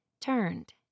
turned